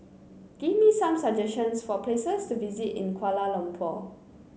give me some suggestions for places to visit in Kuala Lumpur